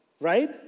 right